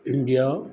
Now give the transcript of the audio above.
India